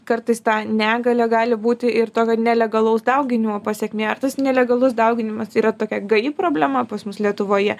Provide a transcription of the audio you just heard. kartais ta negalia gali būti ir tokio nelegalaus dauginimo pasekmė ar tas nelegalus dauginimas yra tokia gaji problema pas mus lietuvoje